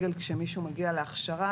כשמישהו מגיע להכשרה,